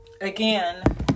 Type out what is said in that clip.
again